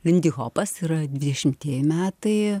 lindihopas yra dvidešimtieji metai